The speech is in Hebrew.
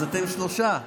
אז אתם שלושה: